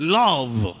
love